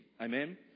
Amen